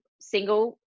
single